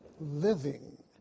living